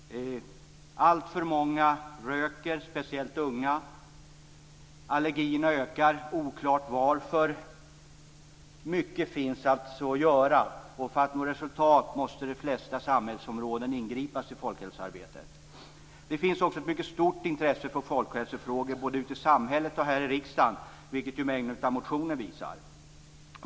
Alltför många röker, speciellt bland de unga. Allergierna ökar, och det är oklart varför. Det finns alltså mycket att göra, och för att man skall nå resultat måste de flesta samhällsområden inbegripas i folkhälsoarbetet. Det finns också ett mycket stort intresse för folkhälsofrågor både ute i samhället och här i riksdagen, vilket mängden av motioner visar.